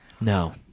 no